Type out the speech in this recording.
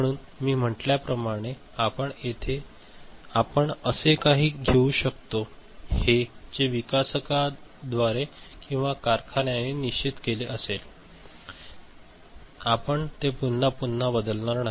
म्हणून मी म्हटल्याप्रमाणे आपण असे काही घेऊ शकतो हे जे विकसकाद्वारे किंवा कारखान्याने निश्चित केले असेल ते आपण ते पुन्हा पुन्हा बदलणार नाही